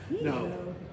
No